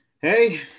Hey